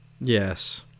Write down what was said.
Yes